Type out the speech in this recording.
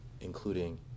including